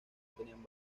tenían